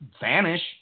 vanish